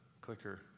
Clicker